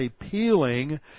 appealing